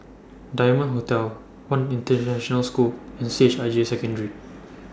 Diamond Hotel one International School and C H I J Secondary